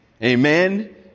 Amen